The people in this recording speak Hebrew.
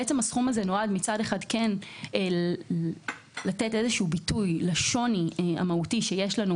הסכום הזה נועד לתת איזשהו ביטוי לשוני המהותי שיש לנו,